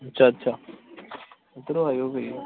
ਚਾਚਾ ਇਧਰੋਂ ਆਜੋ ਕੋਈ ਨਾ